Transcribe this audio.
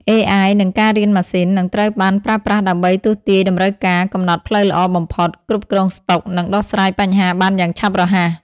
AI និងការរៀនម៉ាស៊ីន នឹងត្រូវបានប្រើប្រាស់ដើម្បីទស្សន៍ទាយតម្រូវការ កំណត់ផ្លូវល្អបំផុត គ្រប់គ្រងស្តុក និងដោះស្រាយបញ្ហាបានយ៉ាងឆាប់រហ័ស។